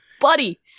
buddy